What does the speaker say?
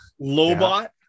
lobot